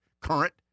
current